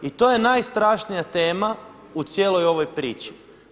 I to je najstrašnija tema u cijeloj ovoj priči.